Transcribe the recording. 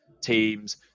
teams